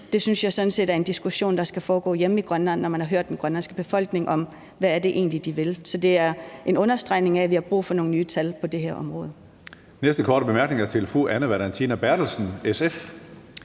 set er en diskussion, der skal foregå hjemme i Grønland, når man har hørt den grønlandske befolkning om, hvad det egentlig er, de vil. Så det er en understregning af, at vi har brug for nogle nye tal på det her område.